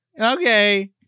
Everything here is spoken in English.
Okay